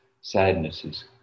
sadnesses